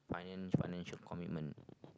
finan~ financial commitment